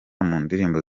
mundirimbo